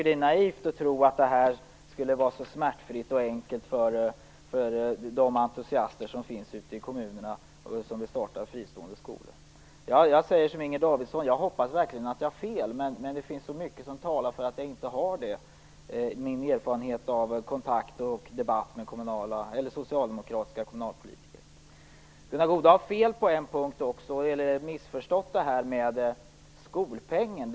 Det är naivt att tro att det här skulle vara så smärtfritt och enkelt för de entusiaster som finns ute i kommunerna och som vill starta fristående skolor. Jag säger som Inger Davidson: Jag hoppas verkligen att jag har fel, men det finns mycket som talar för att jag inte har det i min erfarenhet av kontakt och debatt med socialdemokratiska kommunalpolitiker. Gunnar Goude har fel på en punkt. Han har missförstått det här med skolpengen.